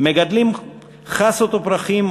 מגדלים חסות ופרחים,